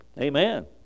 Amen